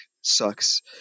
sucks